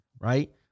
right